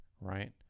right